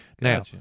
Now